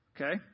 Okay